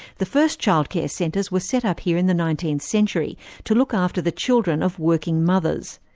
the first childcare centres were set up here in the nineteenth century to look after the children of working mothers.